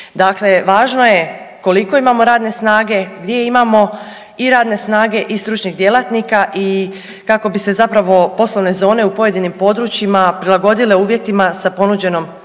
Dakle, važno je koliko imamo radne snage, gdje imamo i radne snage i stručnih djelatnika i kako bi se zapravo poslovne zone u pojedinim područjima prilagodile uvjetima sa ponuđenom